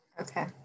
Okay